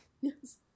yes